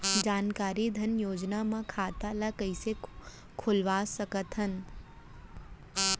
जानकारी धन योजना म खाता ल कइसे खोलवा सकथन?